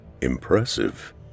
Impressive